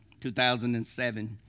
2007